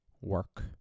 work